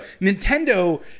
Nintendo